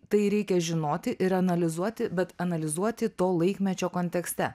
tai reikia žinoti ir analizuoti bet analizuoti to laikmečio kontekste